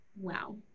Wow